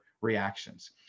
reactions